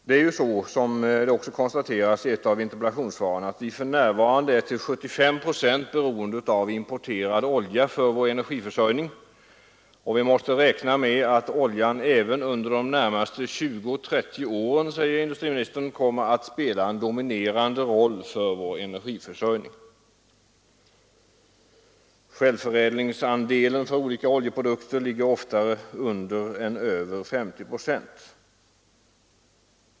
Vi är för närvarande, vilket också konstateras i ett av interpellationssvaren, till 75 procent beroende av importerad olja för vår energiförsörjning. Vi måste, säger industriministern, räkna med att olja även under de närmaste 20—30 åren kommer att spela en dominerande roll för vår energiförsörjning. Självförädlingsandelen för olika oljeprodukter ligger oftare under än över 50 procent.